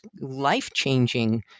life-changing